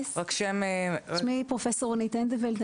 שמי פרופ' רונית אנדולט,